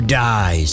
dies